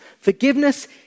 Forgiveness